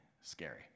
scary